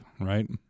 right